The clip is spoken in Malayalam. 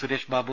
സുരേഷ്ബാബു